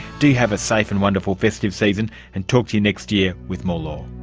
do have a safe and wonderful festive season, and talk to you next year with more law